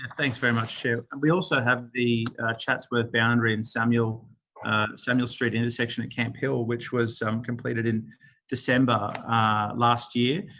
thanks very much, chair. we also have the chatsworth, boundary and samuel samuel street intersection at camp hill, which was completed in december last year.